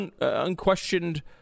unquestioned